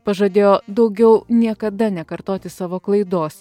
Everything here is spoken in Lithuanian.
pažadėjo daugiau niekada nekartoti savo klaidos